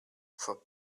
for